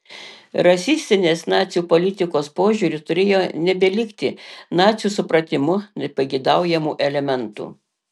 rasistinės nacių politikos požiūriu turėjo nebelikti nacių supratimu nepageidaujamų elementų